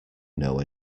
know